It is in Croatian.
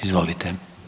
Izvolite.